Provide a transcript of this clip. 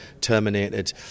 terminated